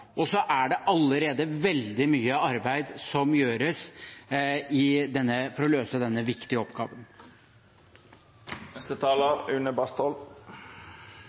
er allerede veldig mye arbeid som gjøres for å løse denne viktige